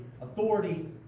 authority